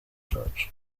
church